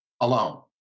alone